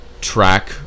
track